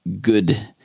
good